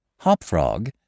Hopfrog